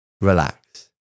relax